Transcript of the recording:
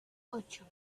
ocho